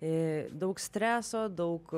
i daug streso daug